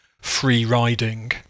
free-riding